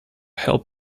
help